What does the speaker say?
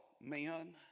men